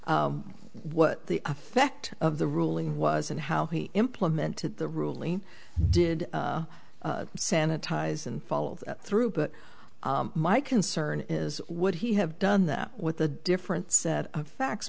what the effect of the ruling was and how he implemented the ruling did sanitize and follow through but my concern is would he have done that with a different set of facts